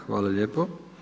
Hvala lijepo.